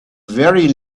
very